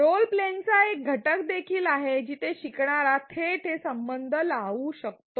role प्लेचा एक घटक देखील आहे जिथे शिकणारा थेट संबंध लावू शकतो